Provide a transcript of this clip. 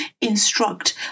instruct